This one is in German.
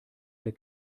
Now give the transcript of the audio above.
der